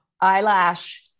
eyelash